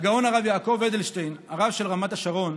הגאון הרב יעקב אדלשטיין, הרב של רמת השרון,